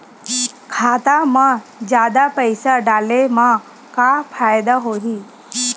खाता मा जादा पईसा डाले मा का फ़ायदा होही?